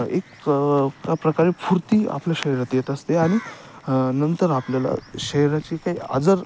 एक प्रकारे स्फुर्ती आपल्या शरीरात येत असते आणि नंतर आपल्याला शरीराची काही आजार